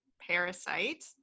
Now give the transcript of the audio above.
parasite